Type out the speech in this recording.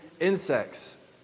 insects